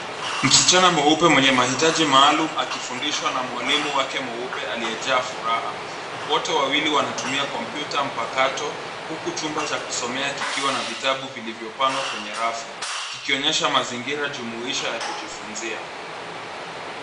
Msichana mweupe mwenye mahitaji maalum akifundishwa na mwalimu wake mweupe aliyejaa furaha. Wote wawili wanatumia kompyuta mpakato, huku chumba cha kusomea kikiwa na vitabu vilivyopangwa kwenye rafu, kikionyesha mazingira jumuisha ya kujifunzia.